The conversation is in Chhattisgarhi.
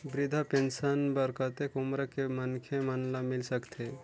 वृद्धा पेंशन बर कतेक उम्र के मनखे मन ल मिल सकथे?